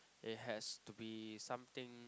it has to be something